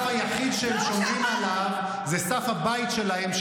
הסף היחיד שהם שומרים עליו זה סף הבית שלהם,